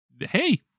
hey